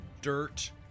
dirt